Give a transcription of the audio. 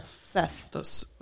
Seth